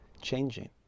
changing